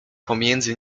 pomiędzy